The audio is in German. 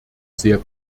sehr